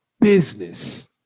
business